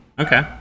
Okay